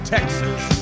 Texas